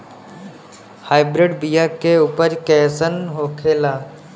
Hybrid बीया के उपज कैसन होखे ला?